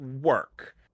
work